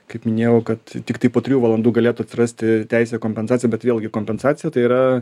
kaip minėjau kad tiktai po trijų valandų galėtų atsirasti teisė į kompensaciją bet vėlgi kompensacija tai yra